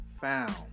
found